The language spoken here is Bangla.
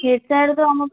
হেড স্যার তো আমাকে